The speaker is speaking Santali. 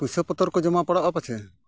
ᱯᱚᱭᱥᱟ ᱯᱚᱛᱚᱨ ᱠᱚ ᱡᱚᱢᱟ ᱯᱟᱲᱟᱜᱼᱟ ᱯᱟᱪᱮ